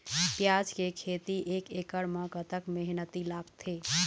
प्याज के खेती एक एकड़ म कतक मेहनती लागथे?